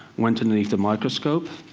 went underneath the microscope,